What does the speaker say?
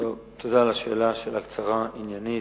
תודה על השאלה, השאלה קצרה, עניינית,